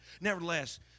nevertheless